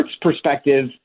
perspective